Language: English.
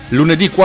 lunedì